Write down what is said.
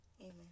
Amen